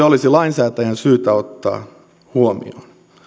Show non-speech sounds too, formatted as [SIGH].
[UNINTELLIGIBLE] olisi lainsäätäjän syytä ottaa huomioon